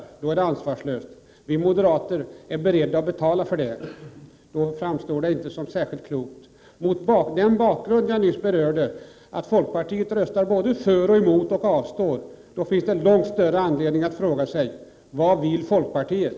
Vi moderater är beredda att betala vad vår arméorganisation kostar. Då framstår inte det som Kerstin Ekman säger som särskilt klokt. Mot den bakgrund som jag nyss berörde, att folkpartiet röstar både ”för”, ”emot” och ”avstår”, finns det långt större anledning att fråga: Vad vill folkpartiet?